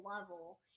level